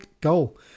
goal